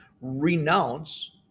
renounce